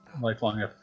lifelong